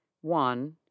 One